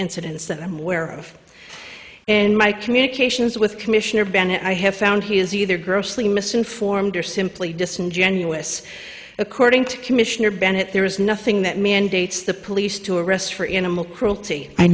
incidents that i'm aware of in my communications with commissioner bennett i have found he is either grossly misinformed or simply disingenuous according to commissioner bennett there is nothing that mandates the police to arrest for intimate cruelty i